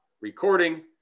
recording